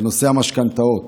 בנושא המשכנתאות,